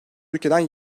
ülkeden